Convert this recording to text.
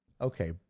Okay